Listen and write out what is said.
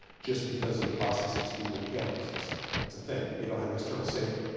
just because of the processing speed of the cameras. it's it's a thing. if you don't have external sync,